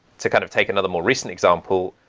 to kind of take another more recent example,